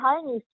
Chinese